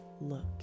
look